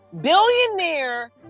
billionaire